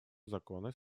законной